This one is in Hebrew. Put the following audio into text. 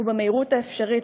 ובמהירות האפשרית,